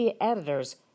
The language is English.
editors